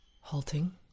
Halting